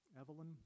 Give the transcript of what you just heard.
Evelyn